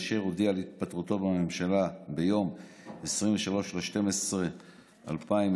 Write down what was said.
אשר הודיע על התפטרותו מהממשלה ביום 23 בדצמבר 2020